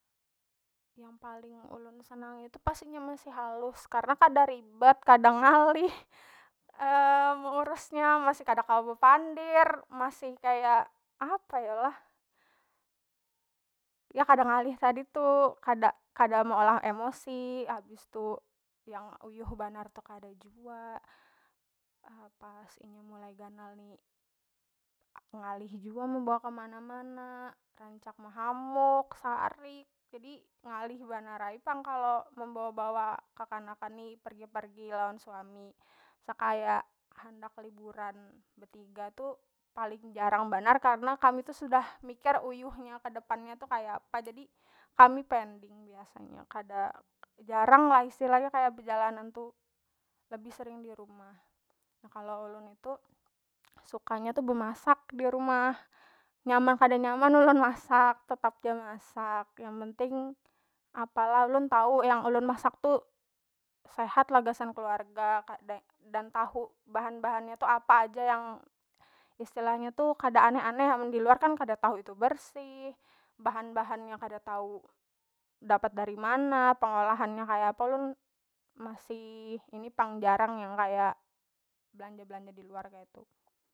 Yang paling ulun senangi tu pas inya masih halus karna kada ribet kada ngalih mengurusnya masih kada kawa bepandir masih kaya apa yo lah, ya kada ngalih tadi tu kada- kada meolah emosi habis tu yang uyuh banar tu kada jua pas inya mulai ganal ni ngalih jua kemana- mana rancak mehamuk sarik jadi ngalih banar ai pang kalo membawa- bawa kekanakan ni pergi- pergi lawan suami sekaya handak liburan betiga tu paling jarang banar karna kami tu sudah mikir uyuh nya kedepannya tu kaya apa, jadi kami pending biasanya kada jarang lah istilahnya kaya bejalanan tu lebih sering dirumah. Nah kalo ulun itu suka nya tu bemasak dirumah nyaman kada nyaman ulun masak tetap ja masak yang penting apa lah ulun tau yang ulun masak tu sehat lah gasan keluarga dan tahu bahan- bahan nya tu apa aja yang istilahnya kada aneh- aneh amun diluarkan kada tahu itu bersih, bahan- bahannya kada tau dapat dari mana pengolahan nya kaya apa ulun masih ini pang jarang belanja- belanja diluar kaitu.